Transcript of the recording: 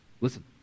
listen